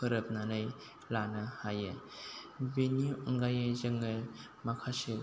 फोरोबनानै लानो हायो बेनि अनगायै जोङो माखासे